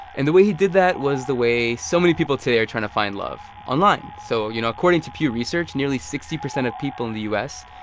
and the way he did that was the way so many people today are trying to find love online. so, you know, according to pew research, nearly sixty percent of people in the u s.